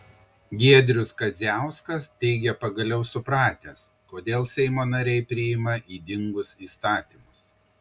giedrius kadziauskas teigia pagaliau supratęs kodėl seimo nariai priima ydingus įstatymus